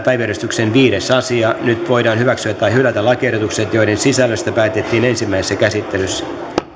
päiväjärjestyksen viides asia nyt voidaan hyväksyä tai hylätä lakiehdotukset joiden sisällöstä päätettiin ensimmäisessä käsittelyssä